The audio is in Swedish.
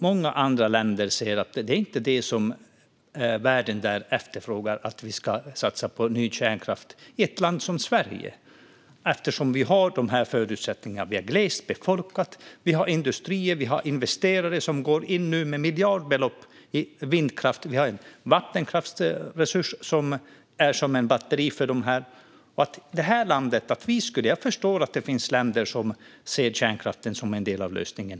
Många andra länder säger att världen inte efterfrågar att vi ska satsa på ny kärnkraft i ett land som Sverige eftersom vi har dessa förutsättningar: Vi är glest befolkat, vi har industrier och vi har investerare som går in med miljardbelopp i vindkraft. Och vi har en vattenkraftsresurs som är som ett batteri. Jag förstår att det finns länder som ser kärnkraften som en del av lösningen.